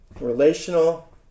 relational